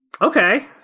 okay